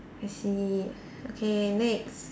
I see okay next